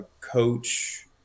coach